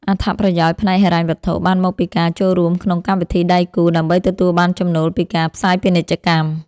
អត្ថប្រយោជន៍ផ្នែកហិរញ្ញវត្ថុបានមកពីការចូលរួមក្នុងកម្មវិធីដៃគូ ដើម្បីទទួលបានចំណូលពីការផ្សាយពាណិជ្ជកម្ម។